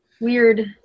weird